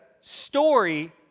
story